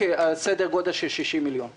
כ-60 מיליון שקל.